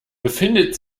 befindet